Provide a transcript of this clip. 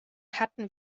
hatten